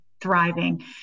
thriving